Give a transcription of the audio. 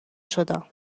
شدم